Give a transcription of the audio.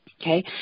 Okay